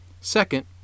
second